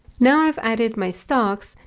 now i've added my stocks.